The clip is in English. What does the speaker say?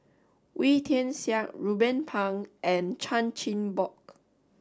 Wee Tian Siak Ruben Pang and Chan Chin Bock